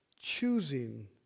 choosing